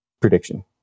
prediction